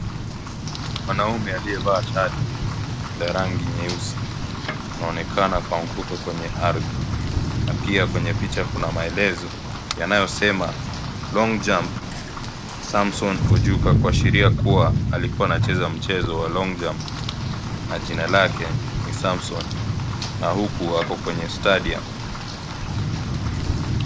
Mwanaume alieva shati la rangi nyeusi anaonekana kuanguka kwenye ardhi, na pia kwenye picha kuna maelezo yanayo sema (CS)long jump(CS) Samson Ojuka kuashiria kuwa alikuwa anacheza mchezo wa (CS)long jump(CS), na jina lake ni Samson na huko ako kwenye (cs)stadium (CS).